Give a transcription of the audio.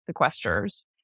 sequesters